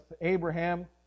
Abraham